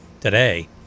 today